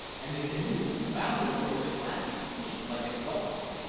and the canoe bounded over the glassy sea like a dolphin,